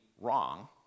wrong